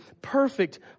perfect